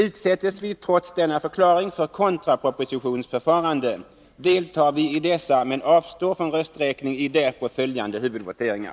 Utsättes vi trots denna förklaring för kontrapropositionsförfaranden, deltar vi i dessa men avstår från rösträkning i därpå följande huvudvoteringar.